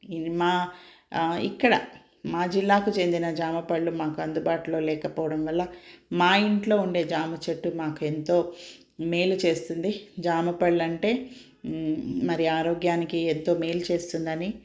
మా ఇక్కడ మా జిల్లాకు చెందిన జామ పళ్ళు మాకు అందుబాటులో లేకపోవడం వల్ల మా ఇంట్లో ఉండే జామ చెట్టు మాకెంతో మేలు చేస్తుంది జామపళ్ళంటే మరి ఆరోగ్యానికి ఎంతో మేలు చేస్తుందని